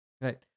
Right